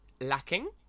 lacking